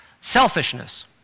Selfishness